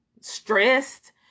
stressed